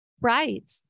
Right